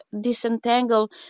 disentangle